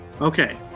Okay